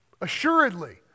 Assuredly